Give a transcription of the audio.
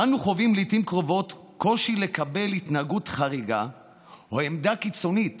אנו חווים לעיתים קרובות קושי לקבל התנהגות חריגה או עמדה קיצונית